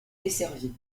desservies